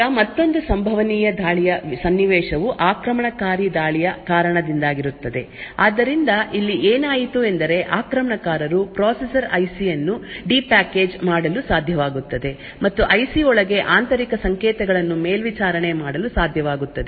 ಈಗ ಮತ್ತೊಂದು ಸಂಭವನೀಯ ದಾಳಿಯ ಸನ್ನಿವೇಶವು ಆಕ್ರಮಣಕಾರಿ ದಾಳಿಯ ಕಾರಣದಿಂದಾಗಿರುತ್ತದೆ ಆದ್ದರಿಂದ ಇಲ್ಲಿ ಏನಾಯಿತು ಎಂದರೆ ಆಕ್ರಮಣಕಾರರು ಪ್ರೊಸೆಸರ್ ಐಸಿ ಅನ್ನು ಡಿ ಪ್ಯಾಕೇಜ್ ಮಾಡಲು ಸಾಧ್ಯವಾಗುತ್ತದೆ ಮತ್ತು ಐಸಿ ಒಳಗೆ ಆಂತರಿಕ ಸಂಕೇತಗಳನ್ನು ಮೇಲ್ವಿಚಾರಣೆ ಮಾಡಲು ಸಾಧ್ಯವಾಗುತ್ತದೆ